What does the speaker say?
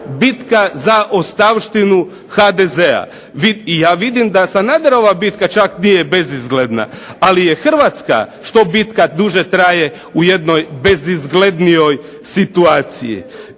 bitka za ostavštinu HDZ-a. Ja vidim da Sanaderova bitka čak nije bezizgledna, ali je Hrvatska što bitka duže traje u jednoj bezizglednijoj situaciji.